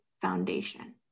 Foundation